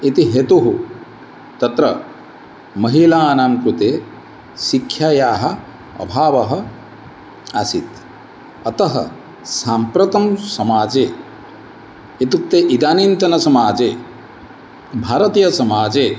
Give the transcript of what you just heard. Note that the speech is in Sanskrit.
इति हेतुः तत्र महिलानां कृते शिक्षायाः अभावः आसीत् अतः साम्प्रतं समाजे इत्युक्ते इदानींतन समाजे भारतीयसमाजे